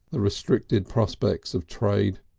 the restricted prospects of trade.